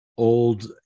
Old